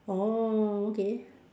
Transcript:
oh okay